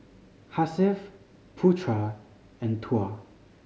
Hasif Putra and Tuah